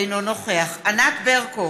אינו נוכח ענת ברקו,